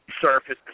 surface